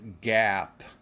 gap